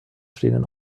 stehenden